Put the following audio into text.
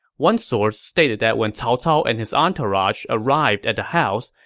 one source stated that when cao cao and his entourage arrived at the house,